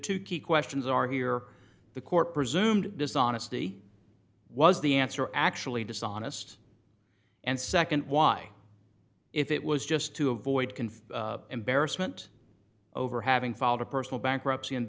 two key questions are here the court presumed dishonesty was the answer actually dishonest and nd why if it was just to avoid conflict embarrassment over having filed a personal bankruptcy and